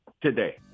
today